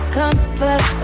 comfort